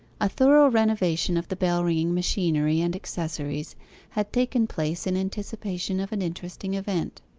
a thorough renovation of the bell-ringing machinery and accessories had taken place in anticipation of an interesting event.